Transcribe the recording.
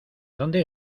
dónde